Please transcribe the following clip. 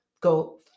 go